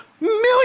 million